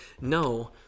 No